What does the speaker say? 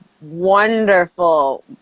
wonderful